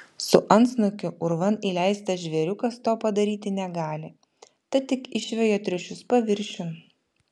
su antsnukiu urvan įleistas žvėriukas to padaryti negali tad tik išveja triušius paviršiun